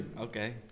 okay